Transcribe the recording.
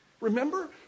Remember